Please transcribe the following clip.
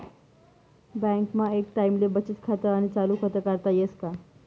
बँकमा एक टाईमले बचत खातं आणि चालू खातं काढता येस का?